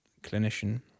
clinician